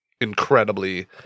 incredibly